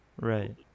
Right